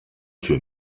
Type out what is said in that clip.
für